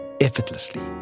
effortlessly